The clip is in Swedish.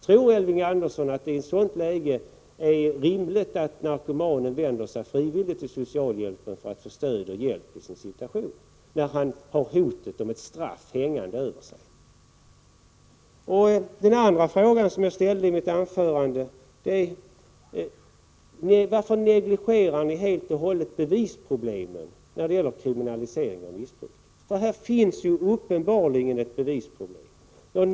Tror Elving Andersson att narkomanen frivilligt söker sig till socialvården för att få hjälp i sin situation då han har hotet om straff hängande över sig? Den andra fråga som jag ställde i mitt anförande var: Varför negligerar ni helt och hållet bevisproblemen när det gäller kriminalisering av missbruket? Det finns uppenbarligen ett bevisproblem.